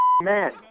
man